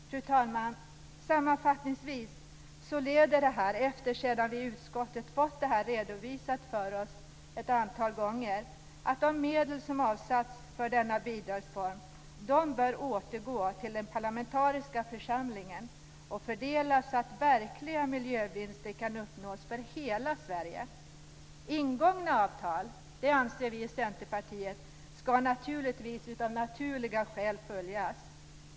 Fru talman! Sammanfattningsvis leder detta, sedan vi i utskottet fått det redovisat för oss ett antal gånger, till kravet att de medel som avsatts för denna bidragsform bör återgå till den parlamentariska församlingen och fördelas så att verkliga miljövinster kan uppnås för hela Sverige. Ingångna avtal ska, anser vi i Centerpartiet, av naturliga skäl följas.